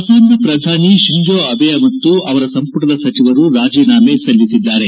ಜಪಾನ್ನ ಪ್ರಧಾನಿ Shinzo Abe ಮತ್ತು ಅವರ ಸಂಪುಟದ ಸಚಿವರು ರಾಜೀನಾಮೆ ಸಲ್ಲಿಸಿದ್ದಾರೆ